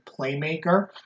playmaker